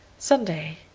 sunday,